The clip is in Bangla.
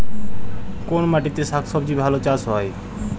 কোন মাটিতে শাকসবজী ভালো চাষ হয়?